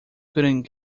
couldn’t